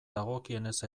dagokienez